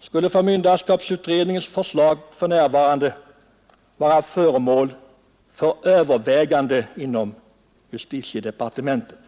skulle förmynderskapsutredningens förslag för närvarande vara föremål för övervägande inom justitiedepartementet.